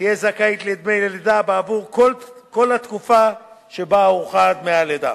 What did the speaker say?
תהיה זכאית לדמי לידה בעבור כל התקופה שבה הוארכה חופשת הלידה.